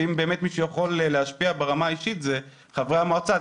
אם מישהו יכול להשפיע ברמה האישית זה חברי המועצה,